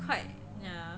quite yeah